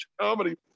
comedy